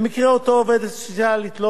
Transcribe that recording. במקרה אותה עובדת סוציאלית,